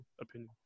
opinion